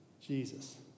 Jesus